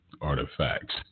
artifacts